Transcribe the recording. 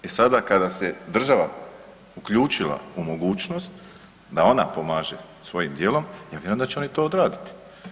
I sada kada se država uključila u mogućnost da ona pomaže svojim djelom ja vjerujem da će oni to odraditi.